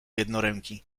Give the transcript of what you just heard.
jednoręki